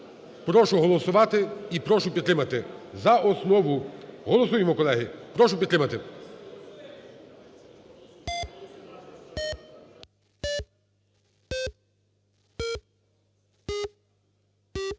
Прошу голосувати і прошу підтримати за основу. Голосуємо, колеги. Прошу підтримати.